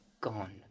gone